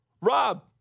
Rob